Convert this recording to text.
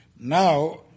Now